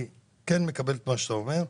אני כן מקבל את מה שאתה אומר.